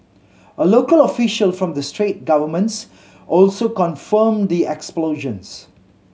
a local official from the straight governments also confirmed the explosions